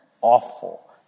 Awful